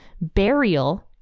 burial